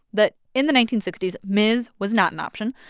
that in the nineteen sixty s, ms. was not an option.